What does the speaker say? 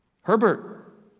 Herbert